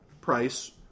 price